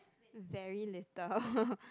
very little